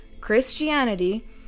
Christianity